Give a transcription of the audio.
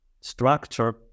structure